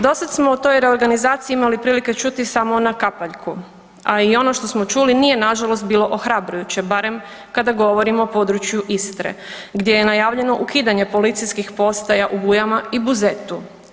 Dosada smo o toj reorganizaciji imali prilike čuti samo na kapaljku, a i ono što smo čuli nije nažalost bilo ohrabrujuće barem kada govorimo o području Istre gdje je najavljeno ukidanje policijskih postaja u Bujama i Buzetu.